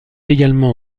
également